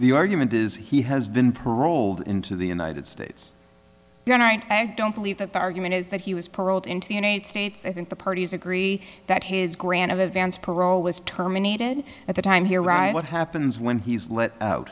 the argument is he has been paroled into the united states you're right i don't believe that the argument is that he was paroled into the united states i think the parties agree that his grant of advance parole was terminated at the time here right what happens when he's